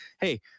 hey